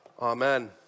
Amen